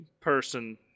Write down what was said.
person